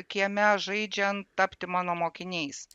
kieme žaidžiant tapti mano mokiniais